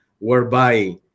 whereby